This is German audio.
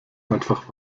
einfach